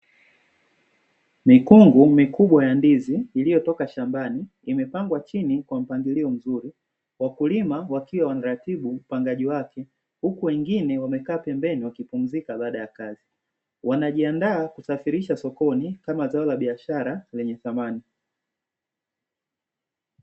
Mikungu mikubwa ya ndizi iliyotoka shambani, imepangwa chini Kwa mpangilio mzuri, wakulima wakiwa wanaratibu upandaji wake, huku wengine wamekaa pembeni wakipumzika baada ya kazi. Wanajiandaa kusafirisha sokoni kama zao la biashara lenye thamani.